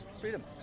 Freedom